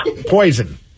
Poison